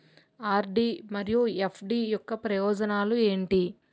RD మరియు FD యొక్క ప్రయోజనాలు ఏంటి?